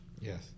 Yes